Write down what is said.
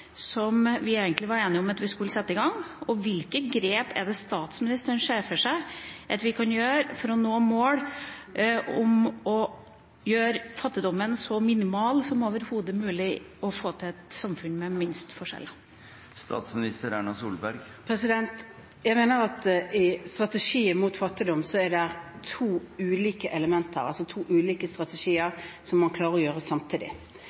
som vi egentlig var enige om at vi skulle sette i gang? Hvilke grep ser statsministeren for seg at vi kan gjøre for å nå et mål om å gjøre fattigdommen så minimal som overhodet mulig og få til et samfunn med minst mulig forskjeller? Jeg mener at det i strategien mot fattigdom er to ulike elementer, altså to ulike strategier, som man må klare å gjøre samtidig.